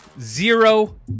Zero